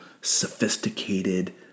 sophisticated